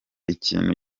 ikintu